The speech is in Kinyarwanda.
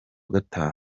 gatanu